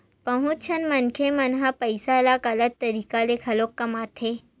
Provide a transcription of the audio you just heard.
बहुत झन मनखे मन ह पइसा ल गलत तरीका ले घलो कमाथे